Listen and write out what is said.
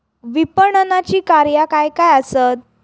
विपणनाची कार्या काय काय आसत?